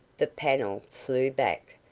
the panel flew back,